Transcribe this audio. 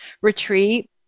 retreat